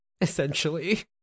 essentially